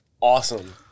awesome